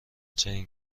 چنین